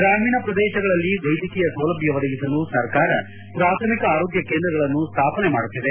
ಗ್ರಾಮೀಣ ಪ್ರದೇಶಗಳಲ್ಲಿ ವೈದ್ಯಕೀಯ ಸೌಲಭ್ಯ ಒದಗಿಸಲು ಸರ್ಕಾರ ಪ್ರಾಥಮಿಕ ಆರೋಗ್ಯ ಕೇಂದ್ರಗಳನ್ನು ಸ್ವಾಪನೆ ಮಾಡುತ್ತಿದೆ